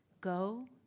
Go